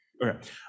Okay